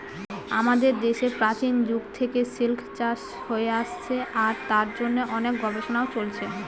আমাদের দেশে প্রাচীন যুগ থেকে সিল্ক চাষ হয়ে আসছে আর তার জন্য অনেক গবেষণাও চলছে